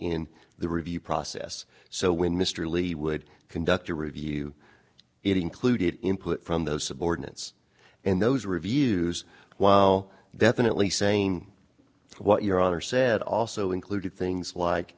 in the review process so when mr lee would conduct a review it included input from those subordinates and those reviews wow definitely saying what your honor said also included things like